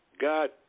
God